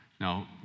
Now